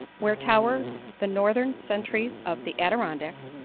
where tower the northern sentries of the adirondacks,